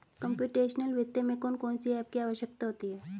computational वित्त में कौन कौन सी एप की आवश्यकता होती है